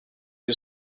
you